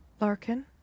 Larkin